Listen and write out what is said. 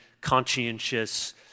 conscientious